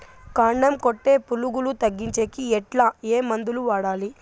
కాండం కొట్టే పులుగు తగ్గించేకి ఎట్లా? ఏ మందులు వాడాలి?